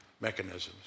mechanisms